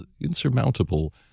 insurmountable